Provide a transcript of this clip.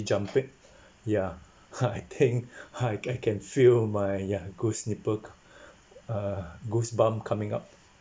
jumping ya I think I I I can feel my ya goose nipple come uh goosebump coming up